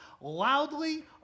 loudly